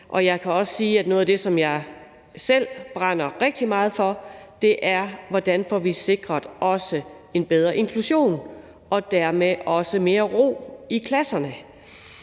Jeg kan også sige, at noget af det, som jeg selv brænder rigtig meget for, er, hvordan vi også får sikret en bedre inklusion og dermed også mere ro i klasserne.